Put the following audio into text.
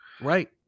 right